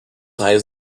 raios